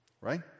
Right